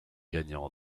gagnant